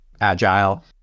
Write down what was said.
agile